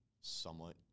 somewhat